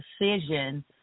decision